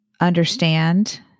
understand